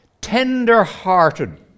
tender-hearted